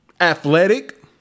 athletic